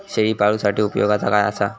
शेळीपाळूसाठी उपयोगाचा काय असा?